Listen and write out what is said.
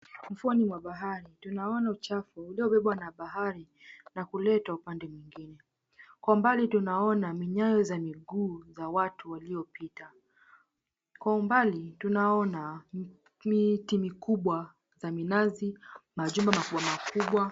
...mfuoni wa bahari. Tunaona uchafu uliobebwa na bahari na kuletwa upande mwingine. Kwa mbali tunaona minyayo za miguu za watu waliopita. Kwa umbali tunaona miti mikubwa za minazi, majumba makubwa makubwa.